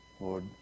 Lord